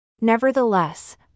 Nevertheless